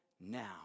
now